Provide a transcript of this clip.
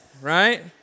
Right